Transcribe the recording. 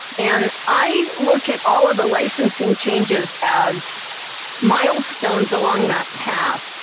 and i look at all of the licensing changes as milestones along that path.